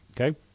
okay